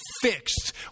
fixed